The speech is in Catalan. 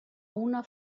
una